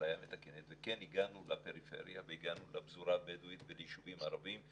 אפליה מתקנת וכן הגענו לפריפריה והגענו לפזורה הבדואית ולישובים ערבים,